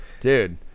Dude